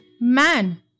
man